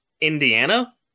Indiana